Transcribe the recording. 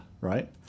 right